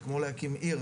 זה כמו להקים עיר.